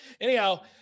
Anyhow